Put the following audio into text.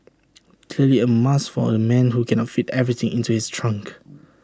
clearly A must for the man who cannot fit everything into his trunk